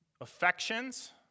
affections